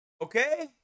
Okay